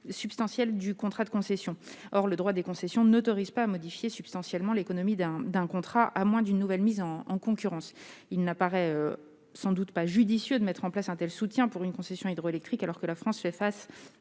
du contrat de concession. Or le droit des concessions n'autorise pas à modifier substantiellement l'économie d'un contrat en cours, à moins d'une nouvelle mise en concurrence. Par ailleurs, il n'apparaît sans doute pas judicieux de mettre en place un tel soutien public pour une concession hydroélectrique alors que la France fait face à